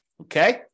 Okay